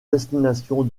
destination